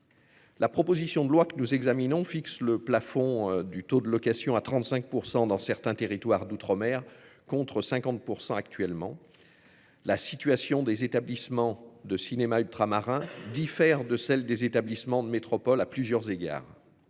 La proposition de loi que nous examinons fixe le plafond du taux de location à 35% dans certains territoires d'outre- mer contre 50% actuellement. La situation des établissements de cinéma ultramarins diffère de celle des établissements de métropole à plusieurs égards.